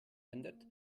ändert